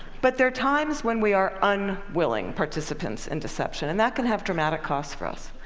but there are times when we are unwilling participants in deception. and that can have dramatic costs for us.